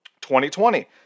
2020